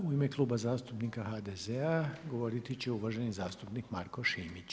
U ime Kluba zastupnika HDZ-a govoriti će uvaženi zastupnik Marko Šimić.